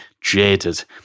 jaded